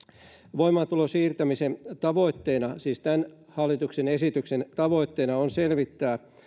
voimaantulon siirtämisen tavoitteena siis tämän hallituksen esityksen tavoitteena on selvittää